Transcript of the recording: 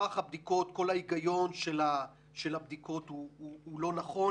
כמה מיטות בסטנדרט טיפול טוב נוספו מאז תחילת משבר